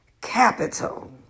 capital